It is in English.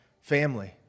family